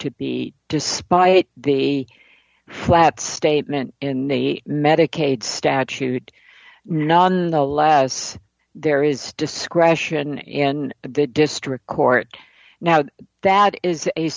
to be despite the flat statement in the medicaid statute non the less there is discretion in the district court now that is a